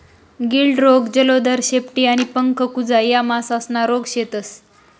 गिल्ड रोग, जलोदर, शेपटी आणि पंख कुजा या मासासना रोग शेतस